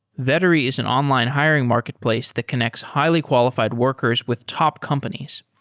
vettery is an online hiring marketplace that connects highly qualified workers with top companies.